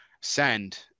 send